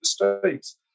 mistakes